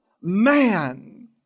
man